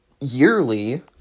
yearly